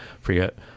forget